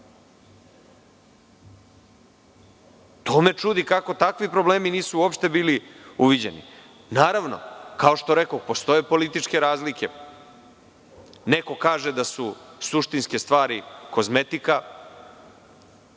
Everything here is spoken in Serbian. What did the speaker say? To me čudi, kako takvi problemi nisu uopšte bili uviđeni. Naravno, kao što rekoh, postoje političke razlike, neko kaže da su suštinske stvari kozmetika,